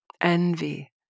envy